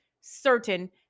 certain